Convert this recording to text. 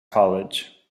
college